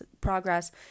progress